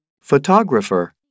Photographer